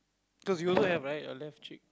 cause you also have right your left cheek